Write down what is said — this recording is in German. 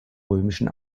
römischen